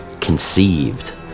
conceived